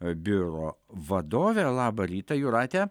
biuro vadovė labą rytą jūrate